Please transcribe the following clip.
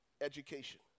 education